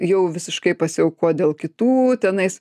jau visiškai pasiaukot dėl kitų tenais